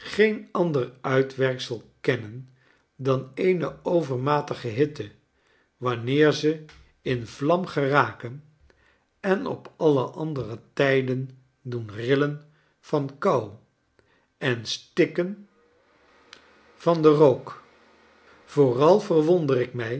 geen anderuitwerksel kennen dan eene overmatige hitte wanneer ze in vlam geraken en op alle andere tijden doen rillen van kou en stikken